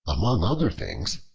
among other things,